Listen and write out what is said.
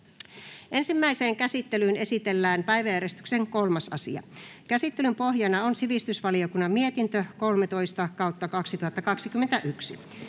Ensimmäiseen käsittelyyn esitellään päiväjärjestyksen 3. asia. Käsittelyn pohjana on sivistysvaliokunnan mietintö SiVM 13/2021